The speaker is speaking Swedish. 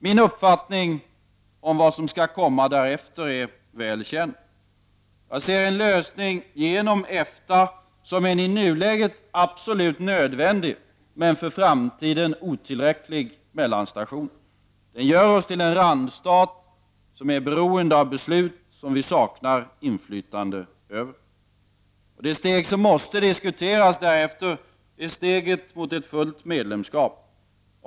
Min uppfattning om vad som skall komma därefter är väl känd. Jag ser en lösning genom EFTA som en i nuläget absolut nödvändig men för framtiden otillräcklig mellanstation. Den gör oss till en randstat som är beroende av beslut som vi saknar inflytande över. Det steg som måste diskuteras därefter är steget mot ett fullt medlemskap.